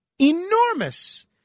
enormous